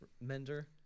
Mender